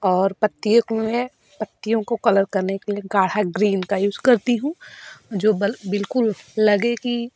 और पत्ती में पत्तियों को कलर करने के लिए गाढ़ा ग्रीन का यूज करती हूँ जो बिलकुल लगे कि